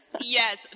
Yes